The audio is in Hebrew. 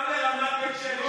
גם לרמת בית שמש.